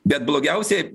bet blogiausiai